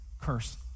curse